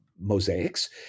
mosaics